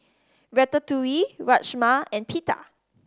Ratatouille Rajma and Pita